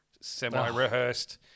semi-rehearsed